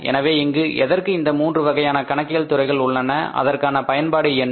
எனவே இங்கு எதற்கு இந்த மூன்று வகையான கணக்கியல் துறைகள் உள்ளன அதற்கான பயன்பாடு என்ன